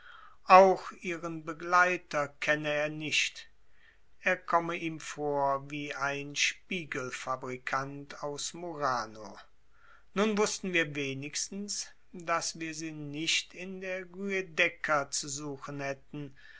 auch ihren begleiter kenne er nicht er komme ihm vor wie ein spiegelfabrikant aus murano nun wußten wir wenigstens daß wir sie nicht in der giudecca zu suchen hätten